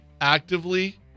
actively